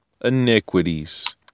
iniquities